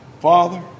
Father